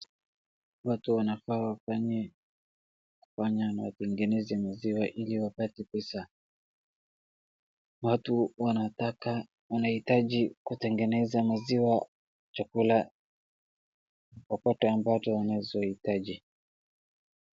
Watu wanafaa wafanye na kutengeneza maziwa ili wapate pesa, watu wanahitaji kutengeneza maziwa ,chakula wapate ambacho wanazohitaji.